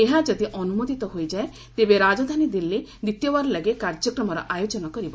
ଏହା ଯଦି ଅନୁମୋଦିତ ହୋଇଯାଏ ତେବେ ରାଜଧାନୀ ଦିଲ୍ଲୀ ଦ୍ୱିତୀୟବାର ଲାଗି କାର୍ଯ୍ୟକ୍ରମର ଆୟୋଜନ କରିବ